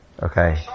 Okay